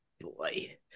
boy